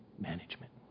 management